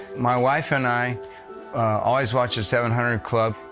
my wife and i always watch the seven hundred club,